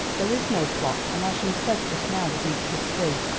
there is no plot, and as you said just now the beach is free,